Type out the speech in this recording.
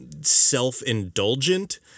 self-indulgent